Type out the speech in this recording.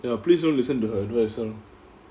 the police won't listen to her though as well